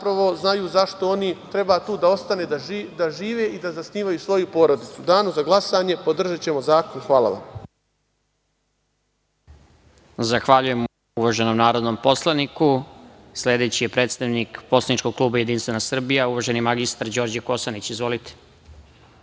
zapravo znaju zašto oni treba tu da ostanu da žive i zasnivaju svoju porodicu.U danu za glasanje podržaćemo zakon. Hvala vam. **Stefan Krkobabić** Zahvaljujem, uvaženom narodnom poslaniku. Sledeći je predstavnik poslaničkog kluba JS, uvaženi magistar Đorđe Kosanić. Izvolite.